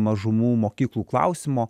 mažumų mokyklų klausimo